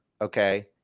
okay